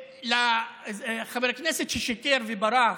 ולחבר הכנסת ששיקר וברח,